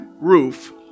roof